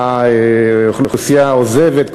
האוכלוסייה עוזבת,